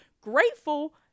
Grateful